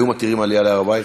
היו מתירים עלייה להר-הבית?